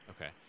Okay